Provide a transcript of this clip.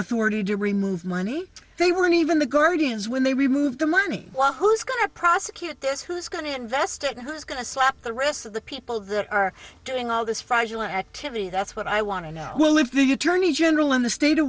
authority to remove money they weren't even the guardians when they removed the money well who's going to prosecute this who's going to invest it who's going to slap the rest of the people that are doing all this fragile activity that's what i want to know well if the attorney general in the state of